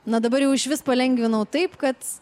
na dabar jau išvis palengvinau taip kad